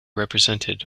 represented